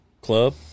club